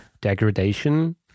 degradation